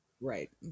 Right